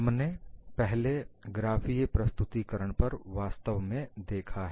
हमने पहले ग्राफीय प्रस्तुतीकरण पर वास्तव में देखा है